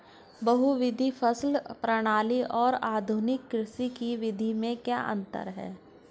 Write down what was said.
बहुविध फसल प्रणाली और आधुनिक कृषि की विधि में क्या अंतर है?